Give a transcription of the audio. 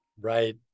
right